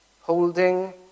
Holding